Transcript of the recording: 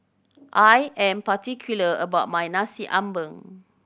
I am particular about my Nasi Ambeng